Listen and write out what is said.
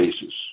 basis